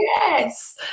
Yes